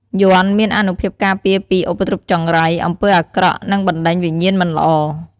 យ័ន្តមានអានុភាពការពារពីឧបទ្រពចង្រៃ អំពើអាក្រក់ និងបណ្តេញវិញ្ញាណមិនល្អ។